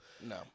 No